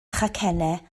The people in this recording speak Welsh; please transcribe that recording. chacennau